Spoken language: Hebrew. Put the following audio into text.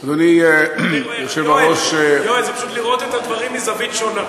זה פשוט לראות את הדברים מזווית שונה.